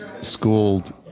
schooled